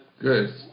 Good